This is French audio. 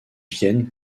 viennent